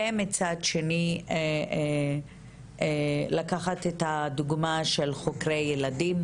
ומצד שני לקחת את הדוגמא של חוקרי ילדים